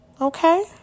Okay